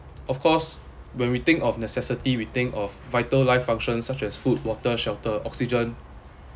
of course when we think of necessity we think of vital life functions such as food water shelter oxygen